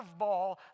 curveball